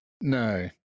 No